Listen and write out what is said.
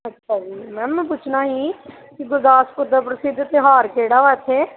ਅੱਛਾ ਜੀ ਮੈਮ ਮੈਂ ਪੁੱਛਣਾ ਸੀ ਕਿ ਗੁਰਦਾਸਪੁਰ ਦਾ ਪ੍ਰਸਿੱਧ ਤਿਉਹਾਰ ਕਿਹੜਾ ਆ ਇੱਥੇ